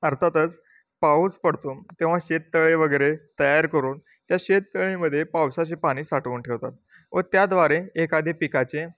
अर्थातच पाऊस पडतो तेव्हा शेततळे वगैरे तयार करून त्या शेततळेमदे पावसाशी पाणी साठवून ठेवतात व त्याद्वारे एखादी पिकाचे